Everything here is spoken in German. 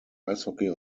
eishockey